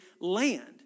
land